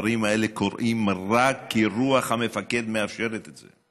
הדברים האלה קורים רק כי רוח המפקד מאשרת את זה.